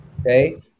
Okay